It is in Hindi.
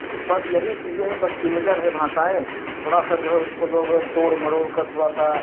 तो बस यही चीज़ें हैं बस सिमिलर है भाषाऍं थोड़ा सा जो है उसको लोग तोड़ मरोड़कर थोड़ा सा